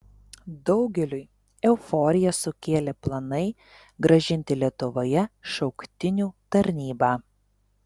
daugeliui euforiją sukėlė planai grąžinti lietuvoje šauktinių tarnybą